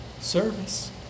service